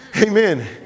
Amen